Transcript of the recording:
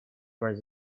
for